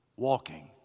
Walking